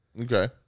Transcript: okay